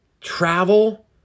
travel